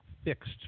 fixed